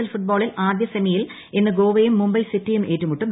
L ഫുട്ബോളിൽ ആദ്യ സെമിയിൽ ഇന്ന് ഗോവയും മുംബൈ സിറ്റിയും ഏറ്റുമുട്ടും